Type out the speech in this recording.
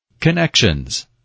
Connections